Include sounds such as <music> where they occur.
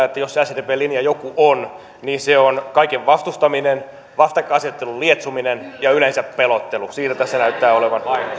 <unintelligible> että jos sdpllä joku linja on niin se on kaiken vastustaminen vastakkainasettelun lietsominen ja yleensä pelottelu siitä tässä näyttää olevan